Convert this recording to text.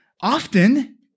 Often